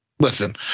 Listen